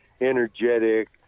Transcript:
energetic